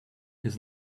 his